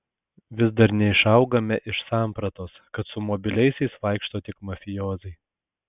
vis dar neišaugame iš sampratos kad su mobiliaisiais vaikšto tik mafijoziai